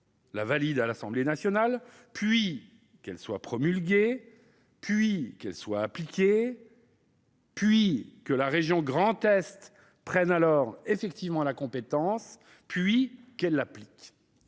validée à l'Assemblée nationale, puis que cette loi soit promulguée, puis qu'elle soit appliquée, puis que la région Grand Est s'attribue effectivement la compétence et, enfin, qu'elle l'applique.